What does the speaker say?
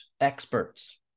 experts